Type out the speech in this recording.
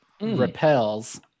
repels